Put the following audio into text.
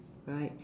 right